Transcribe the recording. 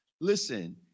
Listen